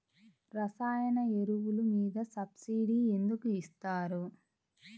రసాయన ఎరువులు మీద సబ్సిడీ ఎందుకు ఇస్తారు?